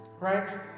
Right